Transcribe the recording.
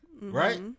right